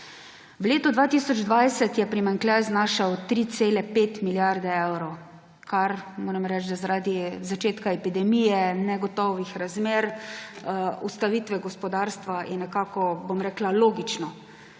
V letu 2020 je primanjkljaj znašal 3,5 milijarde evrov, kar moram reči, da zaradi začetka epidemije, negotovih razmer, ustavitve gospodarstva je nekako logično.